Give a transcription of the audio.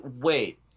wait